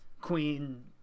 Queen